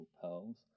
pearls